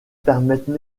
permettent